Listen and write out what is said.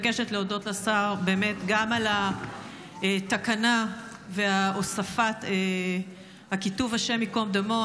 להודות לשר גם על התקנה והוספת הכיתוב: השם ייקום דמו.